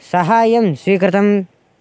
सहायः स्वीकृतः